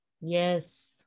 yes